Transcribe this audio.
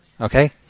Okay